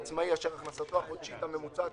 קרעי, שהוא יגיד אותה לפני ההצבעה.